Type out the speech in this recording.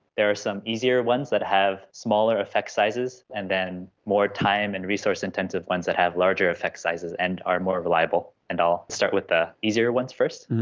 there are some easier ones that have smaller effect sizes and then more time and resource intensive ones that have larger effect sizes and are more reliable. and i'll start with the easier ones first.